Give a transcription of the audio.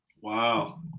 Wow